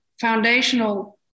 foundational